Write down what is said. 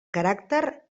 caràcter